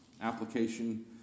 application